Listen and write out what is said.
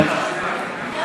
לשנת התקציב 2016,